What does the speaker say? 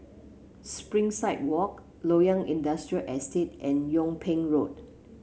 Springside Walk Loyang Industrial Estate and Yung Ping Road